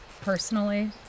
Personally